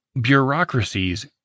bureaucracies